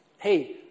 Hey